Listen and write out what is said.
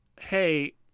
hey